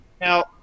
Now